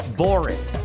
boring